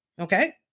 Okay